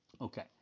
Okay